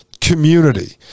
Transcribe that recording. community